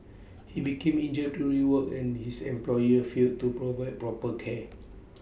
he became injured during work and his employer failed to provide proper care